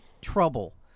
trouble